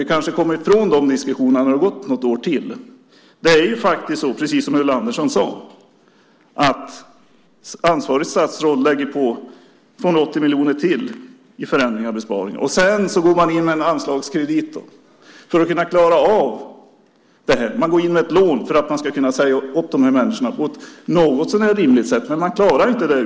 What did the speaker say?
Vi kanske kommer ifrån de diskussionerna när det har gått något år till. Precis som Ulla Andersson sade lägger ansvarigt statsråd till förändringar och besparingar på 270 miljoner. Sedan går man in med en anslagskredit för att klara av detta. Man går in med ett lån för att man ska kunna säga upp dessa människor på ett något så när rimligt sätt. Men man klarar inte det.